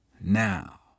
now